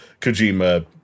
Kojima-